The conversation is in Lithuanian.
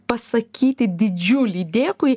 pasakyti didžiulį dėkui